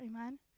Amen